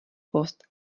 post